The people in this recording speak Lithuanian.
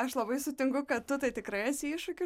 aš labai sutinku kad tu tai tikrai esi iššūkių